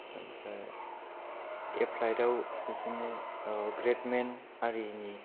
ओमफाय एप्लायदआव बिदिनो ग्रेत मेन आरिनि